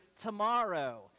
tomorrow